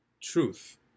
truth